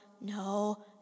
no